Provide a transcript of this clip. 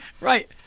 Right